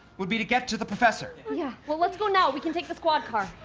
would be to get to the professor. yeah. well, let's go now. we can take the squad car.